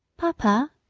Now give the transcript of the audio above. papa,